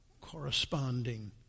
corresponding